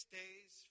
days